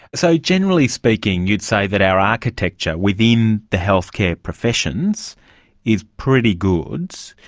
so generally speaking, you'd say that our architecture within the healthcare professions is pretty good,